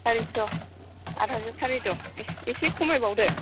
सारिस' आद हाजार सारिस' एसे खमायबावदो